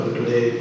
today